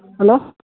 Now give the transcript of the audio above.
hello